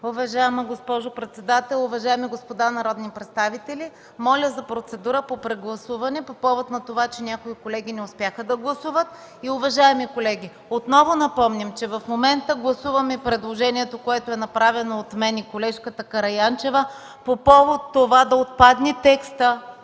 Уважаема госпожо председател, уважаеми господа народни представители! Моля за процедура по прегласуване по повод на това, че някои колеги не успяха да гласуват. Уважаеми колеги, отново напомням, че в момента гласуваме предложението, направено от мен и колежката Караянчева, за отпадане на текста,